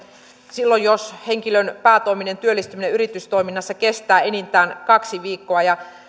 silloin jos henkilön päätoiminen työllistyminen yritystoiminnassa kestää enintään kaksi viikkoa